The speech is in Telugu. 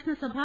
శాసనసభ